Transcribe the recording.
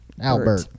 albert